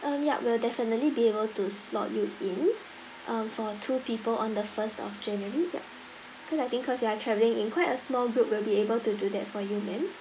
um yup we'll definitely be able to slot you in uh for two people on the first of january yup cause I think cause you are travelling in quite a small group we'll be able to do that for you ma'am